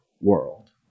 world